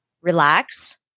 relax